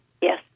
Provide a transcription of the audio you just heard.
Yes